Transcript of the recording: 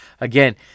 again